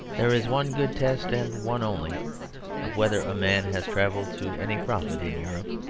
there is one good test and one only of whether a man has travelled to any profit in europe.